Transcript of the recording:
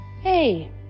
hey